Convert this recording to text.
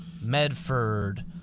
medford